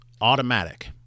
automatic